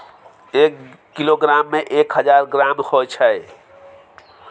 एक किलोग्राम में एक हजार ग्राम होय छै